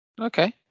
Okay